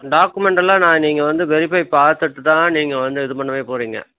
டாக்குமெண்டெல்லாம் நான் நீங்கள் வந்து வெரிஃபை பார்த்துட்டு தான் நீங்கள் வந்து இது பண்ணவே போகறீங்க